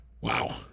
wow